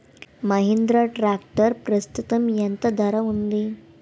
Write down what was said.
Mahindra tractor ప్రస్తుతం ఎంత ధర ఉంది?